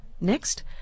Next